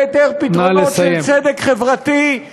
בהיעדר פתרונות של צדק חברתי,